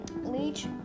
leech